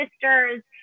sisters